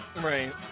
Right